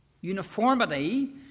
Uniformity